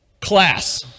class